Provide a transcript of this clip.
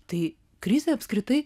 tai krizė apskritai